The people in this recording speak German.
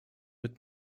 mit